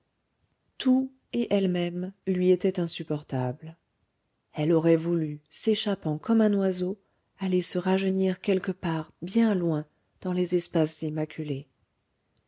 tout et elle-même lui étaient insupportables elle aurait voulu s'échappant comme un oiseau aller se rajeunir quelque part bien loin dans les espaces immaculés